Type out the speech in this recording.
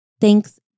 Thanks